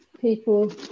people